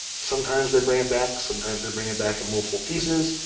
sometimes they bring it back, sometimes they bring it back in multiple pieces,